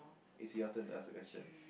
it's your turn to ask a question